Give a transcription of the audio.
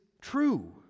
true